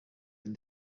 been